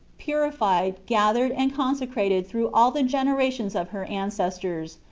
purified, gathered, and con secrated through all the generations of her ancestors,